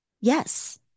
Yes